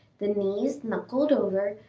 the knees knuckled over,